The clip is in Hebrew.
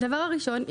דבר ראשון,